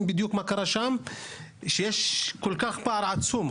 מה בדיוק קורה שם שיצר פעם כזה עצום,